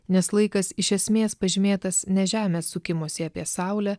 nes laikas iš esmės pažymėtas ne žemės sukimusi apie saulę